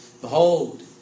Behold